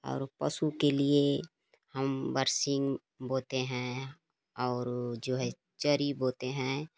और पशु के लिए हम बरसीम बोते हैं और जो है चरी बोते हैं